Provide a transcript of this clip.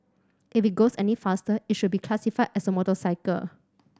if it goes any faster it should be classified as a motorcycle